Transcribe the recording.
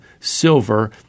silver